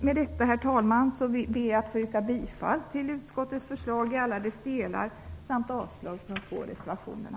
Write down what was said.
Med det anförda ber jag att få yrka bifall till utskottets förslag i alla dess delar samt avslag på reservationerna.